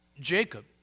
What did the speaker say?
Jacob